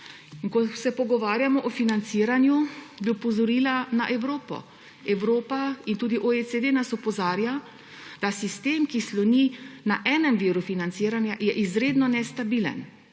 ko se pogovarjamo o financiranju, bi opozorila na Evropo. Evropa in tudi OECD nas opozarja, da je sistem, ki sloni na enem viru financiranja, izredno nestabilen.